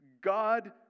God